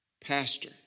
pastor